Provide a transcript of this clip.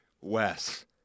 Wes